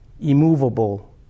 immovable